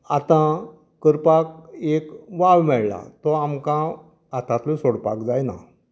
आता करपाक एक वाव मेळ्ळा तो आमकां हातांतलो सोडपाक जायना